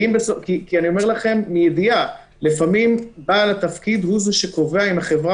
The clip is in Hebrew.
אני אומר לכם מידיעה: לפעמים בעל התפקיד הוא זה שקובע אם החברה